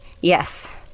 yes